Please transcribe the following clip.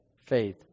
faith